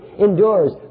endures